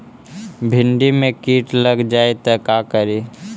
भिन्डी मे किट लग जाबे त का करि?